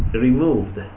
removed